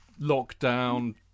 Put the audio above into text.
lockdown